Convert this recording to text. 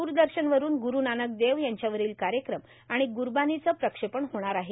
दूरदर्शनवरुन ग्रु नानक देव यांच्यावरील कार्यक्रम आणि ग्रुबानीचे प्रक्षेपण होणार आहे